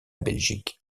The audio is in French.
belgique